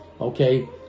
okay